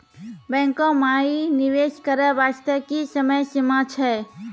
बैंको माई निवेश करे बास्ते की समय सीमा छै?